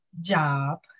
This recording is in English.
job